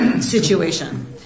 Situation